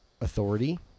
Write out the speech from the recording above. authority